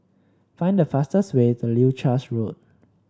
find the fastest way to Leuchars Road